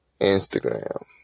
Instagram